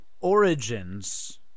Origins